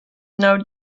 now